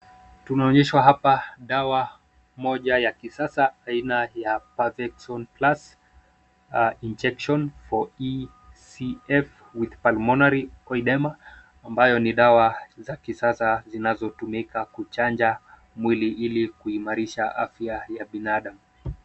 Tunaonyeshwa hapa dawa moja ya kisasa aina ya Parvexon plus injection for E.C.F with pulmonary oedema ambayo ni dawa za kisasa zinazotumika kuchanja mwili ili kuimarisha afya ya binadamu.